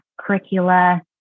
curricula